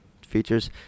features